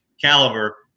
Caliber